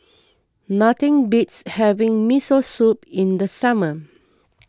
nothing beats having Miso Soup in the summer